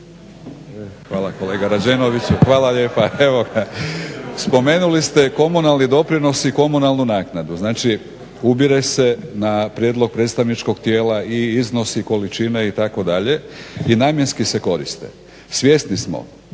Hvala kolega Rađenoviću, hvala lijepa. Spomenuli ste komunalni doprinos i komunalnu naknadu, znači ubire se na prijedlog predstavničkog tijela i iznos i količine itd. i namjenski se koriste. Svjesni smo